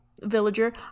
villager